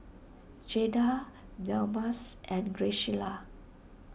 Jaeda Delmas and Graciela